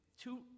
two